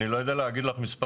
אני לא יודע להגיד לך מספרים,